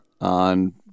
on